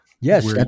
Yes